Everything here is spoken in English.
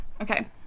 Okay